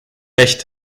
recht